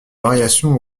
variations